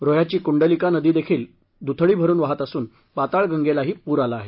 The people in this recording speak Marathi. रोहयाची कुंडलिका नदी देखील दुथडी भरुन वहात असून पाताळगंगेलाही पूर आला आहे